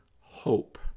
hope